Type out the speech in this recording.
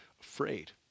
afraid